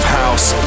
house